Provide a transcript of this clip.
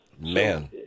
Man